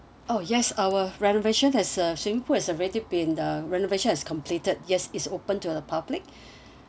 oh yes our renovation has uh swimming pool has uh very in uh renovation has completed yes is open to the public